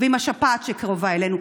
ועם השפעת שקרבה אלינו.